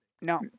No